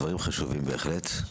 דברים חשובים בהחלט.